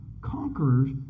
conquerors